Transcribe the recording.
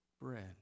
bread